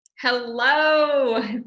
Hello